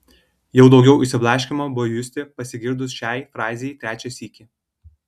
jau daugiau išsiblaškymo buvo justi pasigirdus šiai frazei trečią sykį